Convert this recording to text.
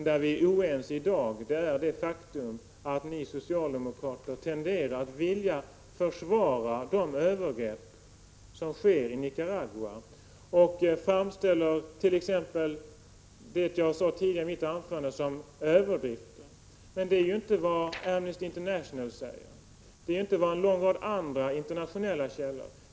Det vi är oense om i dag är det faktum att ni socialdemokrater tenderar att vilja försvara de övergrepp som har skett i Nicaragua och framställer t.ex. det jag sade i mitt tidigare anförande som överdrifter. Men det är inte vad Amnesty International eller en lång rad andra internationella källor säger.